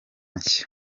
nshya